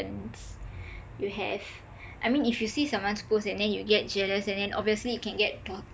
you hve I mean if you see someone's post and then you get jealous and then obviously it can get